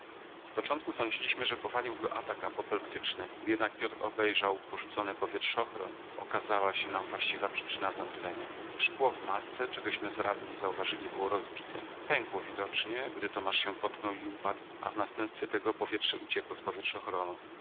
z początku sądziliśmy że powalił go atak apoplektyczny gdy jednak piotr obejrzał porzucony powietrzochron okazała się nam właściwa przyczyna zemdlenia szkło w masce czegośmy zrazu nie zauważyli było rozbite pękło widocznie gdy tomasz się potknął i upadł a w następstwie tego powietrze uciekło